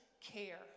care